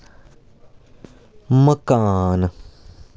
मकान